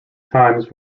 times